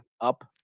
up